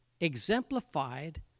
exemplified